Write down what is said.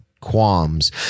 qualms